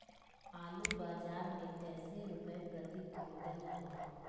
आलू बाजार मे कैसे रुपए प्रति क्विंटल है?